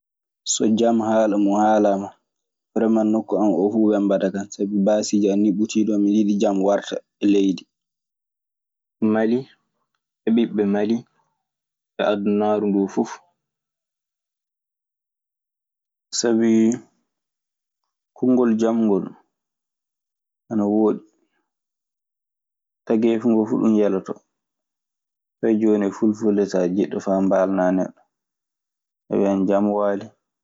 So jam haala mun haalaama, wereman nokku am o fu wemmbataa kam, sabi baasiiji anni ɓuti non, miɗoyiɗi jam warta e leydi Mali, e ɓiɓɓe Mali, e adunaaru nduu fuf. Sabii konngol jam ngol ana wooɗi. Tageefu ngoo fu ɗun yelotoo. Fay jooni fulfulde so a jiɗɗo faa mbaalnaa neɗɗo, a wiyan jam waali.